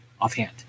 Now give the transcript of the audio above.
offhand